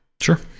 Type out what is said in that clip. Sure